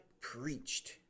preached